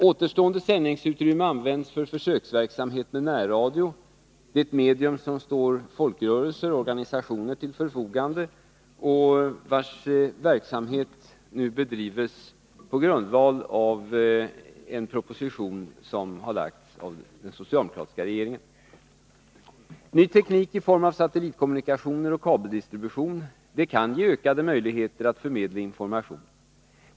Återstående sändningsutrymme används för försöksverksamhet med närradio, det medium som står till förfogande för folkrörelser och organisationer, vilkas verksamhet nu bedrivs på grundval av en proposition som har lagts fram av den socialdemokratiska regeringen. Ny teknik i form av satellitkommunikationer och kabeldistribution kan ge ökade möjligheter att förmedla information.